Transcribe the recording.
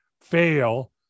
fail